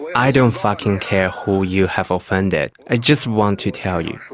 i don't fucking care who you have offended. i just want to tell you,